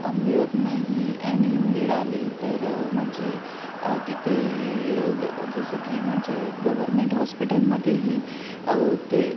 मिळत नाही आणि मिळाले तर म्हणजे तिथे जसं की म्हणजे गव्हर्मेंट हॉस्पिटलमध्येही ते